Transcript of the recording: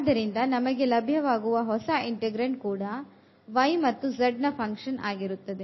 ಆದ್ದರಿಂದ ನಮಗೆ ಲಭ್ಯವಾಗುವ ಹೊಸ integrand ಕೂಡ y ಮತ್ತು z ನ ಫಂಕ್ಷನ್ ಆಗಿರುತ್ತದೆ